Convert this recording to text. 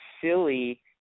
silly